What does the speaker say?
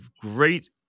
great